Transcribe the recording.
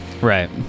Right